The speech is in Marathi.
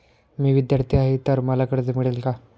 मी विद्यार्थी आहे तर मला कर्ज मिळेल का?